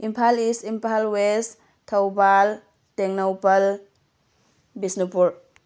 Imphal east Imphal west Thoubal Tengnoupal Bishnupur